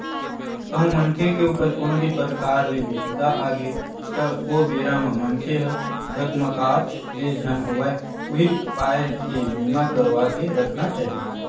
कहूँ मनखे के ऊपर कोनो भी परकार ले बिपदा आगे त ओ बेरा म मनखे ह धकमाकत ले झन होवय उही पाय के बीमा करवा के रखना चाही